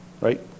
right